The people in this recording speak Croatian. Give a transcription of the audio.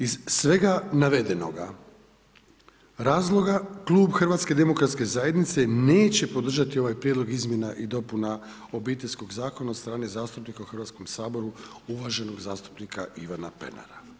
Iz svega navedenoga razloga, Klub HDZ-a neće podržati ovaj prijedlog izmjena i dopuna Obiteljskog zakona od strane zastupnika u Hrvatskom saboru, uvaženog zastupnika Ivana Pernara.